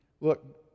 look